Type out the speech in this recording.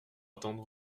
attendre